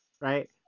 right